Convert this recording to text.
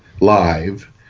live